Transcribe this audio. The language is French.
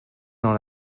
dans